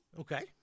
Okay